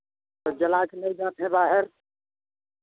तो जला के ले जाते हैं बाहर